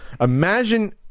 imagine